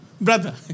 Brother